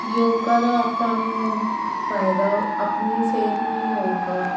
ਯੋਗਾ ਦਾ ਆਪਾਂ ਨੂੰ ਫਾਇਦਾ ਆਪਣੀ ਸਿਹਤ ਨੂੰ ਹੀ ਹੋਊਗਾ